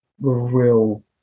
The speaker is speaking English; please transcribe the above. real